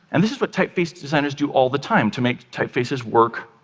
and this is what typeface designers do all the time to make typefaces work,